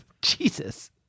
Jesus